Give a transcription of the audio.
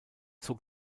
zog